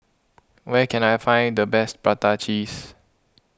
where can I find the best Prata Cheese